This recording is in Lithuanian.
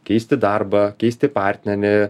keisti darbą keisti partnerį